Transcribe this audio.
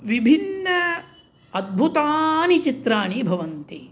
विभिन्नानि अद्भुतानि चित्राणि भवन्ति